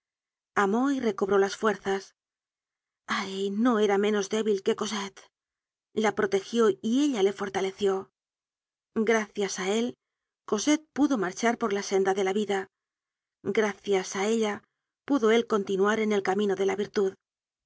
amó y recobró las fuerzas ay no era menos débil que cosette la protegió y ella le fortaleció gracias á él cosette pudo marchar por la senda de la vida gracias á ella pudo él continuar en el camino de la virtud